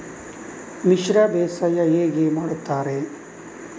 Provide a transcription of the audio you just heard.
ಮಿಶ್ರ ಬೇಸಾಯ ಹೇಗೆ ಮಾಡುತ್ತಾರೆ?